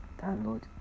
download